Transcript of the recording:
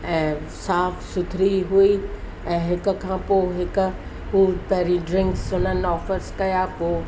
ऐं साफ़ु सुथरी हुई ऐं हिक खां पोइ हिकु हू पहिरीं ड्रिंक्स हुननि ऑफ़र्स कया पोइ